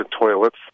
toilets